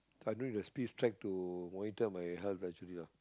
so i don't need the speed track to monitor my health actually lah